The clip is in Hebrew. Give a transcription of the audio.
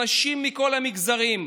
אנשים מכל המגזרים,